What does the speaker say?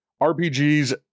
rpgs